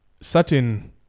certain